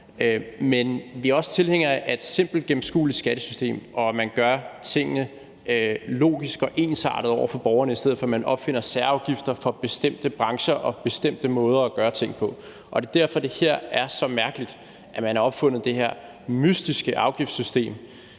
Men vi er også tilhængere af et simpelt, gennemskueligt skattesystem, og at man gør tingene logisk og ensartet over for borgerne, i stedet for at man opfinder særafgifter for bestemte brancher og bestemte måder at gøre ting på. Det er derfor, det er så mærkeligt, at man har opfundet det her mystiske afgiftssystem,